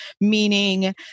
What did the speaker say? meaning